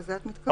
לזה את מתכוונת?